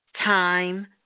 Time